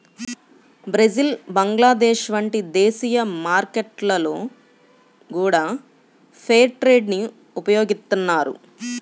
Brazil Bangladesh వంటి దేశీయ మార్కెట్లలో గూడా ఫెయిర్ ట్రేడ్ ని ఉపయోగిత్తన్నారు